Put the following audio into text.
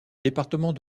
département